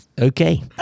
okay